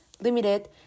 limited